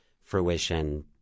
fruition